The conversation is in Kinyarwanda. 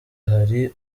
hari